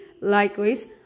Likewise